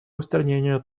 устранения